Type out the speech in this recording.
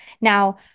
Now